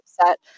upset